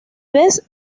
vez